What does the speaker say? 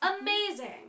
Amazing